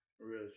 real